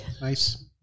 Nice